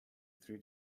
three